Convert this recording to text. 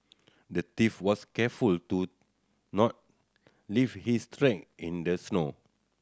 the thief was careful to not leave his track in the snow